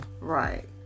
right